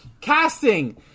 casting